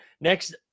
Next